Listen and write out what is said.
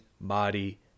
body